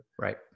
Right